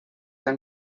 han